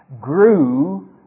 grew